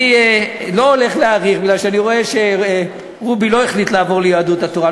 אני לא אאריך בגלל שאני רואה שרובי לא החליט לעבור ליהדות התורה.